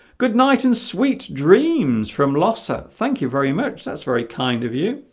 good night and sweet dreams from lhasa thank you very much that's very kind of you